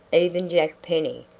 even jack penny,